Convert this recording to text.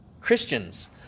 Christians